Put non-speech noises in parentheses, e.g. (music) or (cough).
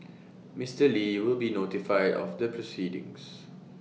(noise) Mister li will be notified of the proceedings